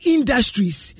Industries